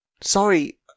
sorry